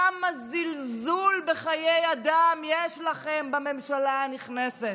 כמה זלזול בחיי אדם יש לכם בממשלה הנכנסת.